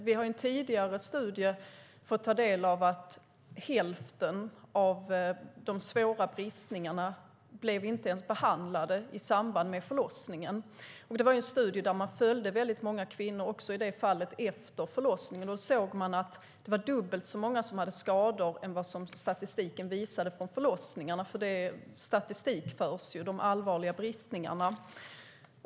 Vi har i en tidigare studie fått ta del av att hälften av de svåra bristningarna inte ens blev behandlade i samband med förlossningen. Det var en studie där man följde väldigt många kvinnor också i det fallet efter förlossningen. Då såg man att det var dubbelt så många som hade skador jämfört med vad statistiken visade från förlossningarna. Det förs ju statistik över de allvarliga bristningarna.